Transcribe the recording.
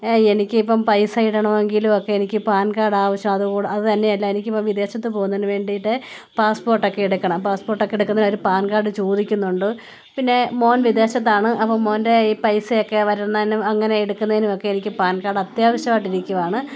എനിക്കിപ്പോൾ പൈസ ഇടണമെങ്കിലൊക്കെ എനിക്ക് പാന് കാര്ഡ് ആവിശ്യമാ അതുകൂടാതെ അതുതന്നെയൂമല്ല എനിക്കിപ്പോൾ വിദേശത്ത് പോകുന്നതിന് വേണ്ടിയിട്ട് പാസ്സ്പോട്ടൊക്കെയെടൂക്കണം പാസ്പോട്ടൊക്കെ എടുക്കുന്നേരം പാന് കാഡ് ചോദിക്കുന്നുണ്ട് പിന്നെ മകന് വിദേശത്താണ് അപ്പോൾ മകന്റെ ഈ പൈസയൊക്കെ വരുന്നതിനും അങ്ങനെ എടുക്കുന്നതിന്നുമൊക്കെ എനിക്ക് പാന് കാഡ് അത്യാവശ്യമായിട്ടിരിക്കുകയാണ്